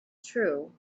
true